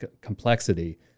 complexity